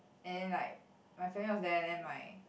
and then like my family was there then my